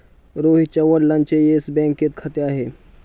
रोहितच्या वडिलांचे येस बँकेत खाते आहे